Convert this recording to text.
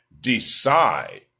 decide